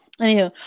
anyhow